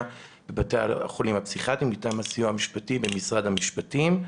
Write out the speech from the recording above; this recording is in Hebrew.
בבתי החולים הפסיכיאטריים מטעם הסיוע המשפטי במשרד המשפטים.